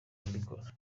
mbikora